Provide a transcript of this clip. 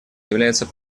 является